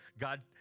God